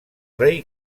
rei